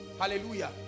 hallelujah